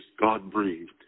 God-breathed